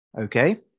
okay